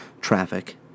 traffic